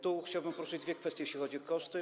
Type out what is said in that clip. Tu chciałbym poruszyć dwie kwestie, jeśli chodzi o koszty.